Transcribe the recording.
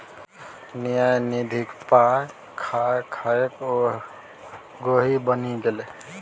न्यास निधिक पाय खा खाकए ओ गोहि बनि गेलै